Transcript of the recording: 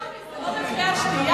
קרה, זה טרומית?